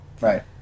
Right